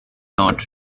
not